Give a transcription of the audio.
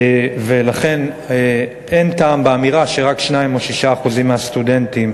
ולכן אין טעם באמירה שרק 2% או 6% מהסטודנטים